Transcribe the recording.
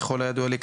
ככל הידוע לי,